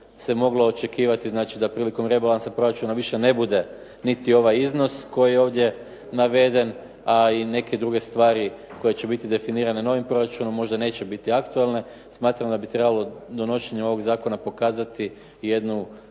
se moglo očekivati, znači da prilikom rebalansa proračuna više ne bude niti ovaj iznos koji je ovdje naveden, a i neke druge stvari koje će biti definirane novim proračunom možda neće biti aktualne. Smatram da bi trebalo donošenje ovog zakona pokazati jedno